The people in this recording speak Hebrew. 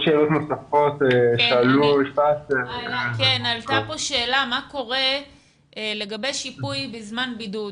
שאלו כאן מה קורה לגבי שיפוי בזמן בידוד.